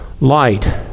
light